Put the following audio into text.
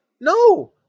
No